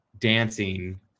dancing